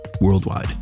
worldwide